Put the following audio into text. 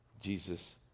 jesus